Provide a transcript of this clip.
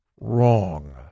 wrong